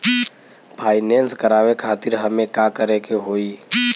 Finance करावे खातिर हमें का करे के होई?